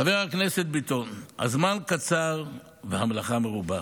חבר הכנסת ביטון, הזמן קצר והמלאכה מרובה.